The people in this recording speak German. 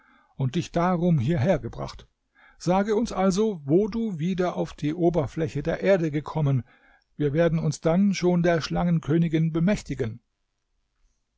und dich darum hierher gebracht sage uns also wo du wieder auf die oberfläche der erde gekommen wir werden uns dann schon der schlangenkönigin bemächtigen